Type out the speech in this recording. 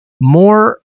More